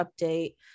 update